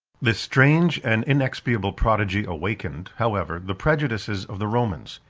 this strange and inexpiable prodigy awakened, however, the prejudices of the romans.